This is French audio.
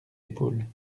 épaules